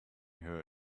her